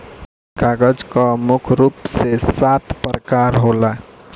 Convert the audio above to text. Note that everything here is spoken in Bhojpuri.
कागज कअ मुख्य रूप से सात प्रकार होला